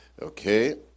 okay